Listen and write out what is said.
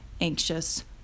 anxious